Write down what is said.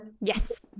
Yes